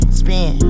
spin